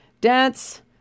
dance